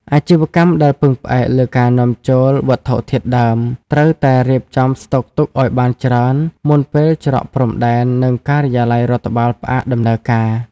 អាជីវកម្មដែលពឹងផ្អែកលើការនាំចូលវត្ថុធាតុដើម ត្រូវតែរៀបចំស្តុកទុកឱ្យបានច្រើនមុនពេលច្រកព្រំដែន និងការិយាល័យរដ្ឋបាលផ្អាកដំណើរការ។